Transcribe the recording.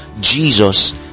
Jesus